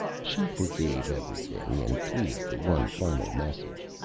she forgave everything and pleaded for one final message.